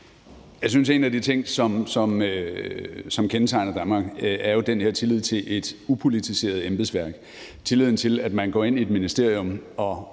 Jeg synes, en af de ting, som kendetegner Danmark, jo er den her tillid til et upolitiseret embedsværk. Tilliden til, at man, hvad enten det er som